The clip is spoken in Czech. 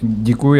Děkuji.